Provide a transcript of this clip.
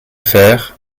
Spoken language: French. faire